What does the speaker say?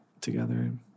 together